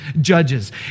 Judges